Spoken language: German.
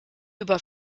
über